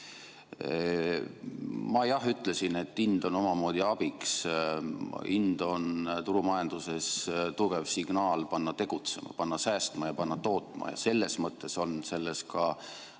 Ma jah ütlesin, et hind on omamoodi abiks. Hind on turumajanduses tugev signaal panna tegutsema, panna säästma ja panna tootma. Selles mõttes on selles